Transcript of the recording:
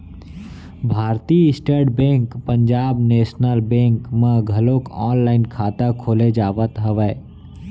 भारतीय state bank Punjab national bank म घलोक ऑनलाईन खाता खोले जावत हवय